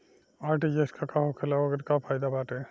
RTGS का होखेला और ओकर का फाइदा बाटे?